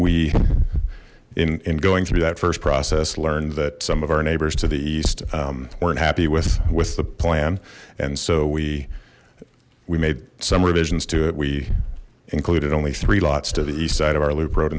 we in going through that first process learned that some of our neighbors to the east weren't happy with with the plan and so we we made some revisions to it we included only three lots to the east side of our loop ro